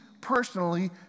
personally